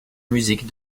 musique